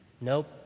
Nope